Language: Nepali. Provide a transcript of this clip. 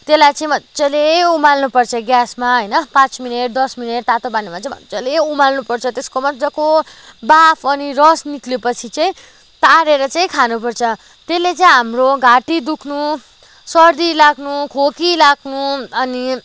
त्यसलाई चाहिँ मजाले उमाल्नुपर्छ ग्यासमा होइन पाँच मिनट दस मिनट तातो पानीमा मजाले उमाल्नुपर्छ त्यसको मजाको वाफ अनि रस निस्किएपछि चाहिँ तारेर चाहिँ खानुपर्छ त्यसले चाहिँ हाम्रो घाँटी दुख्नु सर्दी लाग्नु खोकी लाग्नु अनि